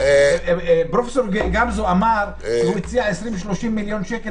פרופסור גמזו אמר שהוא מציע 30-20 מיליון שקלים